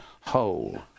whole